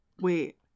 Wait